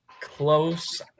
close